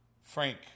Frank